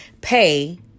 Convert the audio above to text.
pay